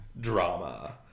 drama